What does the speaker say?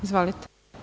Izvolite.